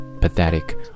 pathetic